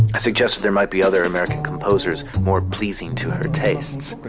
suggested there might be other american composers more pleasing to her tastes.